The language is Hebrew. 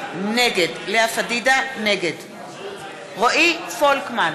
נגד רועי פולקמן,